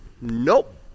nope